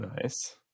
Nice